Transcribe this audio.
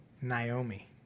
Naomi